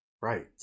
right